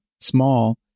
small